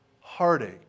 heartache